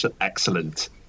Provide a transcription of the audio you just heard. excellent